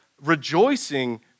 rejoicing